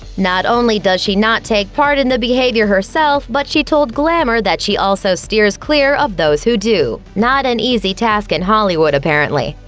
not only does she not take part in the behavior herself, but she told glamour that she also steers clear of those who do. not an easy task in hollywood, apparently.